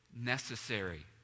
necessary